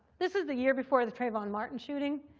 this is the year before the trayvon martin shooting.